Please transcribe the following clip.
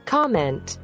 Comment